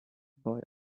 boy